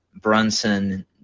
Brunson –